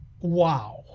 wow